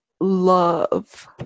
love